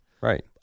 Right